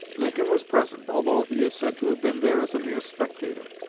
lincoln was present, although he is said to have been there as a mere spectator.